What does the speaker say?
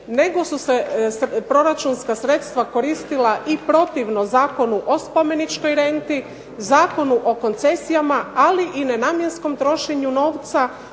nego su se proračunska sredstva koristila i protivno Zakonu o spomeničkoj renti, Zakonu o koncesiji, ali i nenamjenskom trošenju novca